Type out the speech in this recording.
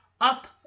up